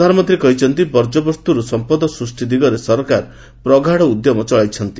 ପ୍ରଧାନମନ୍ତ୍ରୀ କହିଛନ୍ତି ବର୍ଜବସ୍ତୁରୁ ସମ୍ପଦ ସୂଷ୍ଟିର ଦିଗରେ ସରକାର ପ୍ରଗାତ୍ ଉଦ୍ୟମ ଚଳେଇଛନ୍ତି